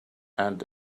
and